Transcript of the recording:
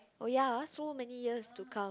oh ya so many years to come